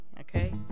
okay